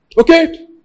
Okay